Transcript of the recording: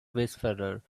whisperer